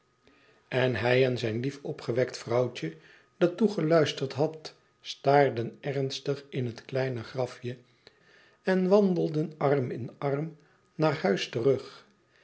en hij en zijn lief opgewekt vrouwe dat toegeluisterd had staarden ernstig in het kleine graf je en wandelden arm in arm naar huis terug